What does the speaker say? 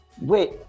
Wait